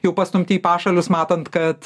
jau pastumti į pašalius matant kad